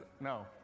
no